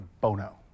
Bono